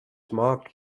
marked